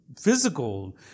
physical